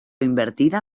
invertida